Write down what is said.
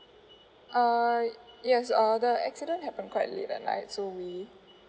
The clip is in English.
uh yes uh the accident happened quite late at night so we